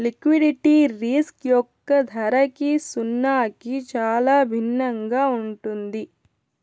liquidity risk యొక్క ధరకి సున్నాకి చాలా భిన్నంగా ఉంటుంది